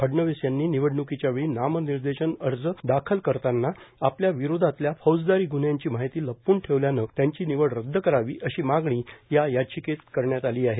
फडणवीस यांनी निवडणुकीच्या वेळी नामनिर्देशन अर्ज दाखल करताना आपल्या विरोधातल्या फौजदारी गुन्ह्यांची माहिती लपवून ठेवल्यानं त्यांची निवड रद्द करावी अशी मागणी या याचिकेतून करण्यात आली आहे